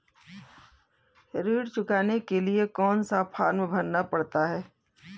ऋण चुकाने के लिए कौन सा फॉर्म भरना पड़ता है?